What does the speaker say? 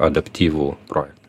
adaptyvų projektą